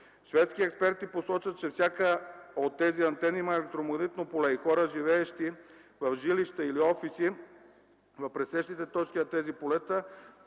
Шведски експерти посочват, че всяка от тези антени има електромагнитно поле и хора, живеещи в жилища или офиси в пресечните точки на тези полета,